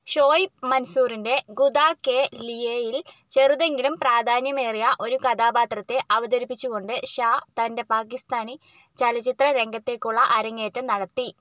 ഷോയിബ് മൻസൂറിൻ്റെ ഖുദാ കേ ലിയേയിൽ ചെറുതെങ്കിലും പ്രാധാന്യമേറിയ ഒരു കഥാപാത്രത്തെ അവതരിപ്പിച്ചുകൊണ്ട് ഷാ തൻ്റെ പാക്കിസ്ഥാനി ചലച്ചിത്ര രംഗത്തേക്കുള്ള അരങ്ങേറ്റം നടത്തി